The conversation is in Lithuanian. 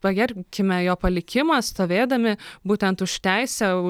pagerbkime jo palikimą stovėdami būtent už teisę